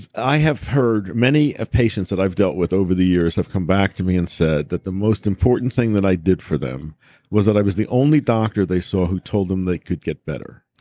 i have heard. many of patients that i've dealt with over the years have come back to me and said that the most important thing that i did for them was that i was the only doctor they saw who told them they could get better.